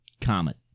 Comet